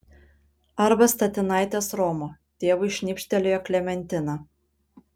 arba statinaitės romo tėvui šnipštelėjo klementina